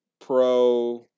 pro